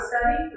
study